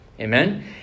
Amen